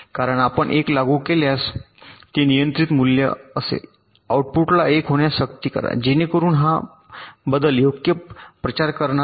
कारण आपण 1 लागू केल्यास ते नियंत्रित मूल्य असेल आउटपुटला 1 होण्यास सक्ती करा जेणेकरून हा बदल योग्य प्रचार करणार नाही